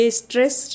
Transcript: stress